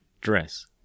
dress